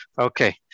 Okay